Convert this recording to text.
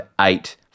eight